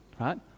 right